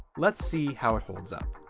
let's see how it holds up.